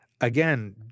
Again